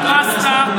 הפסטה,